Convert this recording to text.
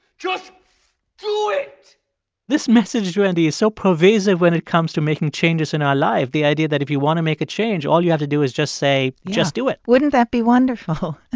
just do it this message, wendy, is so pervasive when it comes to making changes in our life. the idea that if you want to make a change, all you have to do is just say just do it yeah. wouldn't that be wonderful?